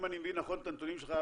אם אני מבין נכון את הנתונים שלך,